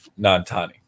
Nantani